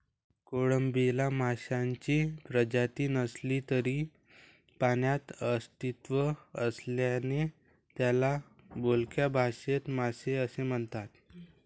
कोळंबीला माशांची प्रजाती नसली तरी पाण्यात अस्तित्व असल्याने त्याला बोलक्या भाषेत मासे असे म्हणतात